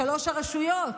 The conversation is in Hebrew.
לשלוש הרשויות,